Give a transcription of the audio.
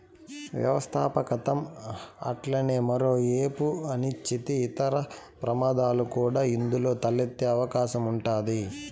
వ్యవస్థాపకతం అట్లనే మరో ఏపు అనిశ్చితి, ఇతర ప్రమాదాలు కూడా ఇందులో తలెత్తే అవకాశం ఉండాది